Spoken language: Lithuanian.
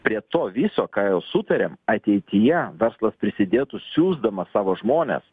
prie to viso ką jau sutarėm ateityje verslas prisidėtų siųsdamas savo žmones